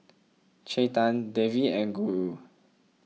Chetan Devi and Guru